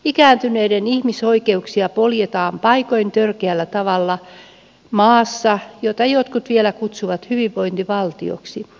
ikääntyneiden ihmisoikeuksia poljetaan paikoin törkeällä tavalla maassa jota jotkut vielä kutsuvat hyvinvointivaltioksi